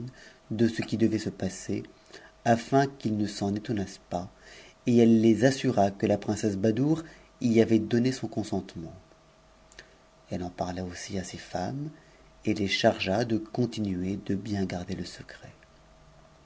m ce qui devait se passer afin qu'ils ne s'en étonnassent pas et elle les t assura que ta princesse badoure y avait donné son consentement en parla aussi à ses femmes et les chargea de continuer de bien gar le secret